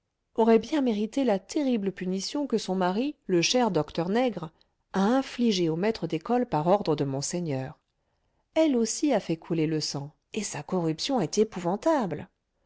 aurait bien mérité la terrible punition que son mari le cher docteur nègre a infligée au maître d'école par ordre de monseigneur elle aussi a fait couler le sang et sa corruption est épouvantable